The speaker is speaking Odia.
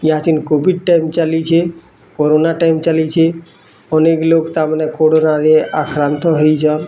ଇଆ ଚିନ୍ କୋଭିଡ଼୍ ଟାଇମ୍ ଚାଲିଛି କୋରନା ଟାଇମ୍ ଚାଲିଛି ଅନେକ ଲୋକ ତାମାନେ କୋରନାରେ ଆକ୍ରାନ୍ତ ହେଇଛନ୍